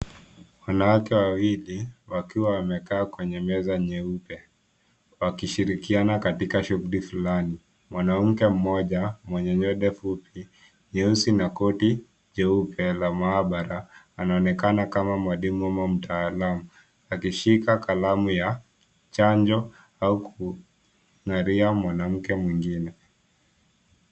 Wanawake wawili wakiwa wamekaa kwenye meza nyeupe, wakishirikiana katika shuguli fulani. Mwanamke mmoja mwenye nywele fupi, nyeusi na koti jeupe la maabara anaonekana kama mwalimu ama mtaalam akishika kalamu ya chanjo au kung'aria mwanamke mwingine.